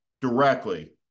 directly